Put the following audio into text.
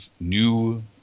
new